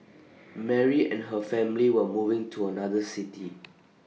Mary and her family were moving to another city